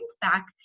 back